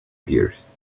gears